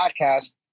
podcast